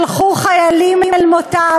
שלחו חיילים אל מותם.